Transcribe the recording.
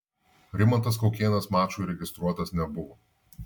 rimantas kaukėnas mačui registruotas nebuvo